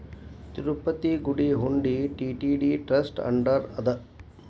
ತಿರುಪತಿ ಗುಡಿ ಹುಂಡಿ TTD trust under ಅದ